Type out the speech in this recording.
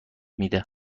میده